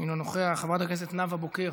אינו נוכח, חברת הכנסת נאווה בוקר,